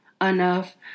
enough